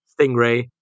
Stingray